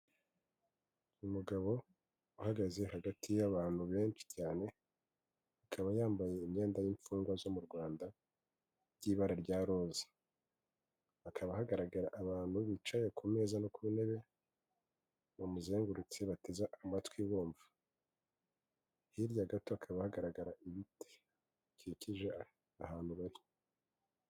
Umugabo uhagaze hagati y'abantu benshi cyane, akaba yambaye imyenda y'imfungwa zo mu Rwanda by'ibara rya roza, hakaba hagaragara abantu bicaye ku meza no ku ntebe bamuzengurutse bateze amatwi bumva, hirya gato hakaba hagaragara ibiti bikikije ahantu bari.